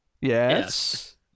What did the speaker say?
yes